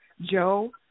Joe